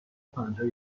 پنجاه